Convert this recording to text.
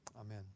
Amen